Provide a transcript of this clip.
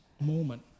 moment